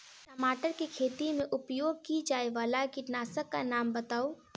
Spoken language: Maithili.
टमाटर केँ खेती मे उपयोग की जायवला कीटनासक कऽ नाम बताऊ?